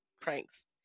pranks